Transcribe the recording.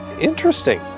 interesting